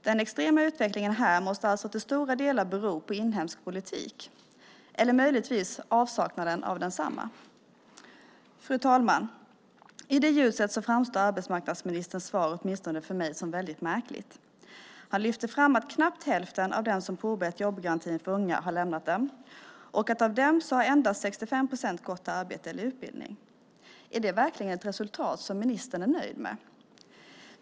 Den extrema utvecklingen här måste alltså till stora delar bero på inhemsk politik, eller möjligtvis avsaknaden av densamma. Fru talman! I det ljuset framstår arbetsmarknadsministerns svar åtminstone för mig som väldigt märkligt. Han lyfter fram att knappt hälften av dem som påbörjat jobbgarantin för unga har lämnat den och att av dem har endast 65 procent gått till arbete eller utbildning. Är det verkligen ett resultat som ministern är nöjd med?